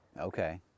Okay